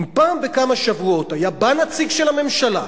אם פעם בכמה שבועות היה בא נציג של הממשלה,